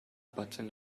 button